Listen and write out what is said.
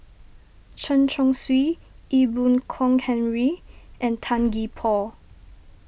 Chen Chong Swee Ee Boon Kong Henry and Tan Gee Paw